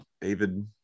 David